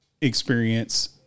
experience